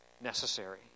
necessary